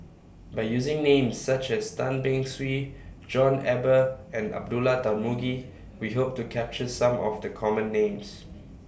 By using Names such as Tan Beng Swee John Eber and Abdullah Tarmugi We Hope to capture Some of The Common Names